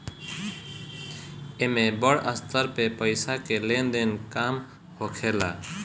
एमे बड़ स्तर पे पईसा के लेन देन के काम होखेला